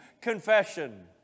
confession